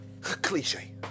Cliche